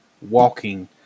walking